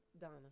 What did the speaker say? Donna